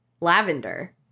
lavender